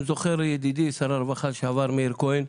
אם זוכר ידידי שר הרווחה לשעבר מאיר כהן,